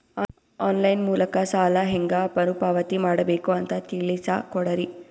On line ಮೂಲಕ ಸಾಲ ಹೇಂಗ ಮರುಪಾವತಿ ಮಾಡಬೇಕು ಅಂತ ತಿಳಿಸ ಕೊಡರಿ?